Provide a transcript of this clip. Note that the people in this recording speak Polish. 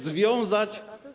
Związać?